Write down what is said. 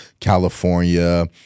california